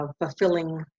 fulfilling